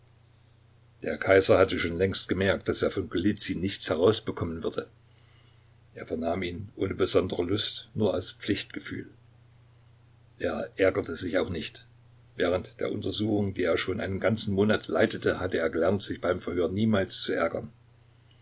der kaiser hatte schon längst gemerkt daß er von golizyn nichts herausbekommen würde er vernahm ihn ohne besondere lust nur aus pflichtgefühl er ärgerte sich auch nicht während der untersuchung die er schon einen ganzen monat leitete hatte er gelernt sich beim verhör niemals zu ärgern